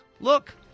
Look